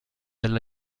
della